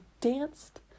danced